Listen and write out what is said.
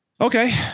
Okay